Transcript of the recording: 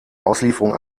auslieferung